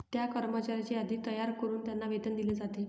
त्या कर्मचाऱ्यांची यादी तयार करून त्यांना वेतन दिले जाते